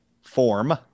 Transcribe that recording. form